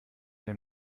dem